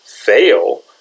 fail